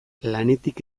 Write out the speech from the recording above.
lanetik